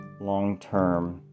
long-term